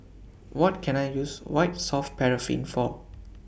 What Can I use White Soft Paraffin For